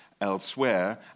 elsewhere